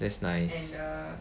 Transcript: that's nice